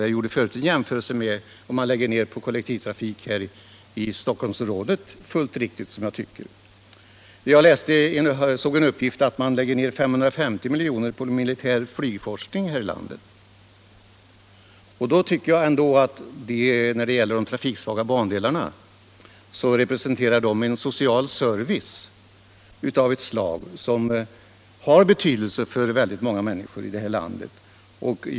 Jag gjorde tidigare en jämförelse med vad man lägger ned på kollektivtrafiken i Stockholmsområdet. Jag såg vidare en uppgift på att man lägger ned 550 milj.kr. på militär flygforskning här i landet. De trafiksvaga bandelarna utgör ändå en social service som har betydelse för många människor.